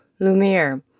Lumiere